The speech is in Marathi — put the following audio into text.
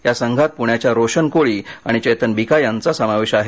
या संघात प्ण्याच्या रोशन कोळी आणि चेतन बीका यांचा समावेश आहे